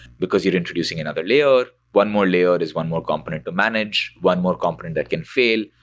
because you're introducing another layer. one more layer is one more component to manage, one more component that can fail.